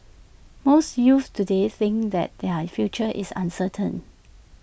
most youths today think that their future is uncertain